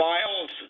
Miles